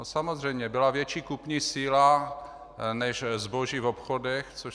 Samozřejmě, byla větší kupní síla než zboží v obchodech, což